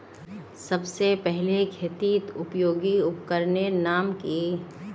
सबसे पहले खेतीत उपयोगी उपकरनेर नाम की?